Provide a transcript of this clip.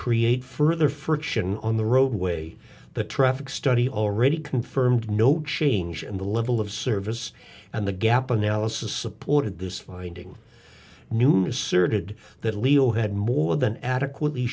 create further friction on the roadway the traffic study already confirmed no change in the level of service and the gap analysis supported this finding new asserted that leo had more than adequately